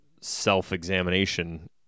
self-examination